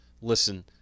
Listen